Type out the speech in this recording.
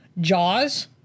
Jaws